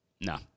No